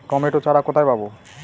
Tomato চারা কোথায় পাবো?